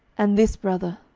and this, brother,